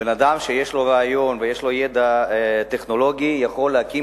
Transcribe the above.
אדם שיש לו רעיון ויש לו ידע טכנולוגי יכול להקים